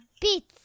Pizza